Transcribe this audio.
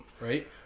right